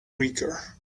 weaker